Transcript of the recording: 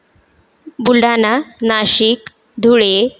Buldhana Nashik Dhule